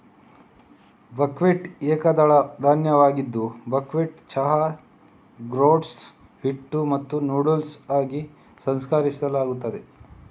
buckwheat ಏಕದಳ ಧಾನ್ಯವಾಗಿದ್ದು buckwheat ಚಹಾ, ಗ್ರೋಟ್ಸ್, ಹಿಟ್ಟು ಮತ್ತು ನೂಡಲ್ಸ್ ಆಗಿ ಸಂಸ್ಕರಿಸಲಾಗುತ್ತದೆ